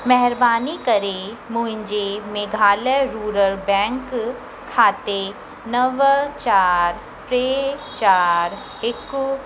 महिरबानी करे मुंहिंजे मेघालय रूरल बैंक खाते नव चार टे चार हिकु